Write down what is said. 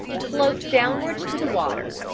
sloped downwards to the water.